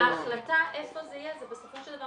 אבל ההחלטה איפה זה יהיה בסופו של דבר